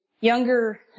younger